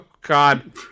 God